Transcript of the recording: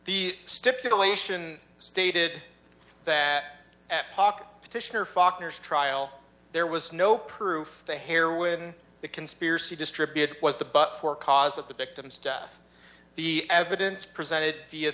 the stipulation stated that talk to her fockers trial there was no proof the hair with the conspiracy distributed was the but for cause of the victim stuff the evidence presented via